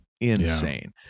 insane